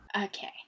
Okay